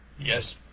Yes